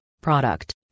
product